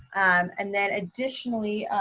and then additionally,